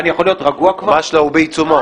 הוא בעיצומו.